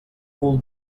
cul